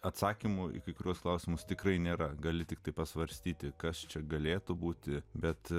atsakymo į kai kuriuos klausimus tikrai nėra gali tiktai pasvarstyti kas čia galėtų būti bet